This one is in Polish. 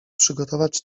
przygotować